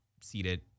seated